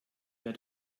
wer